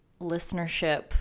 listenership